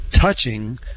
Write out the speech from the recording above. touching